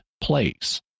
place